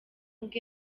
bwe